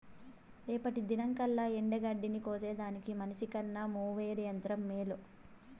రేపటి దినంకల్లా ఎండగడ్డిని కోసేదానికి మనిసికన్న మోవెర్ యంత్రం మేలు